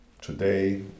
Today